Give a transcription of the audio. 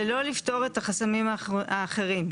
ולא לפתור את החסמים האחרים.